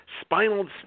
spinal